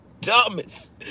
dumbest